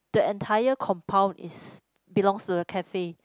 the entire compound is belongs to the cafe